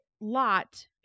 Lot